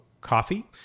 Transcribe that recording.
coffee